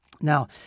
Now